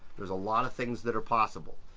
there's a lot of things that are possible.